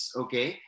okay